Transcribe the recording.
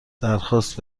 درخواست